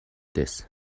this